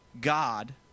God